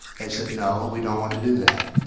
they said no we don't want to do that,